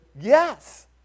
yes